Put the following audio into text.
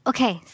Okay